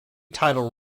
title